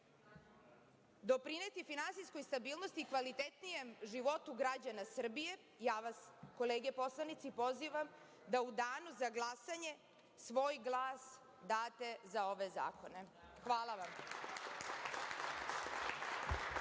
doprineti finansijskoj stabilnosti i kvalitetnijem životu građana Srbije, ja vas, kolege poslanici, pozivam da u danu za glasanje svoj glas date za ove zakone. Hvala.